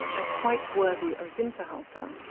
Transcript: and quite worthy of winterhalter.